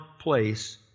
place